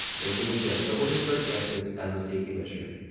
nagumo should have doubled his search efforts as a safety measure.